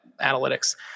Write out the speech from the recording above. analytics